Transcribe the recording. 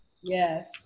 Yes